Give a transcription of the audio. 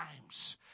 times